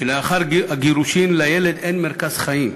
שלאחר הגירושין לילד אין מרכז חיים,